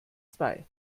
zwei